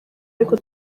ariko